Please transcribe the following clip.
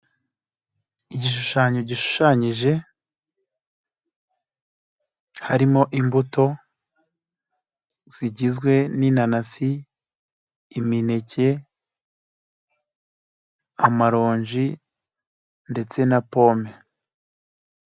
Igishushanyo gishushanyije harimo; imbuto zigizwe n'inanasi, imineke, amaronji ndetse na pome.